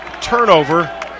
turnover